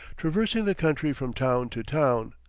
traversing the country from town to town,